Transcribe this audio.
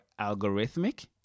algorithmic